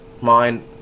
mind